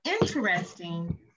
interesting